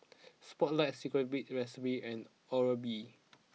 Spotlight Secret B Recipe and Oral B